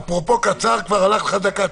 אפרופו קצר, כבר הלכה לך דקה.